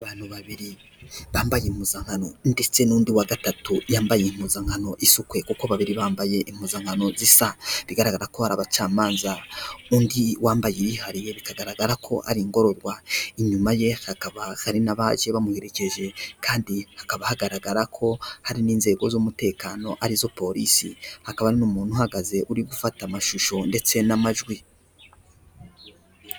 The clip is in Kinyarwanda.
Abantu babiri bambaye impuzankano ndetse n'undi wa gatatu yambaye impuzankano isa ukwe kuko babiri bambaye impuzankano zisa. Bigaragara ko ari abacamanza, undi wambaye iyihariye bikagaragara ko ari ingorororwa. Inyuma ye hakaba hari n'abaje bamuherekeje kandi hakaba hagaragara ko hari n'inzego z'umutekano arizo polisi, hakaba n'umuntu uhagaze uri gufata amashusho ndetse n'amajwi.